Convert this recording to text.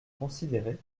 considérée